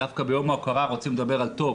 דווקא ביום ההוקרה רוצים לדבר על טוב,